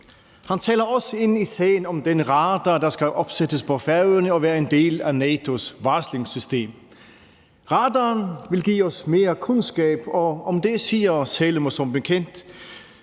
Han taler også ind i sagen om den radar, der skal opsættes på Færøerne og være en del af NATO's varslingssystem. Radaren vil give os mere kundskab, og om det siger Salomon som bekendt,